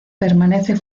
permanece